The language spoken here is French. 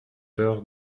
peur